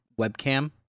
webcam